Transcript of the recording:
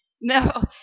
no